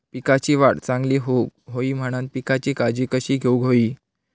पिकाची वाढ चांगली होऊक होई म्हणान पिकाची काळजी कशी घेऊक होई?